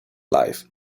life